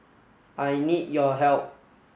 I need your help